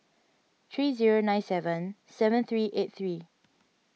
three zero nine seven seven three eight three